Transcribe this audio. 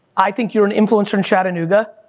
i think you're an influencer in chatttanooga,